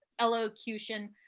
elocution